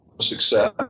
success